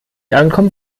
ankommen